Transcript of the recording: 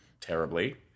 terribly